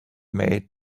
made